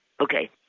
Okay